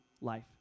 life